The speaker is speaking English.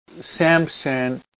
Samson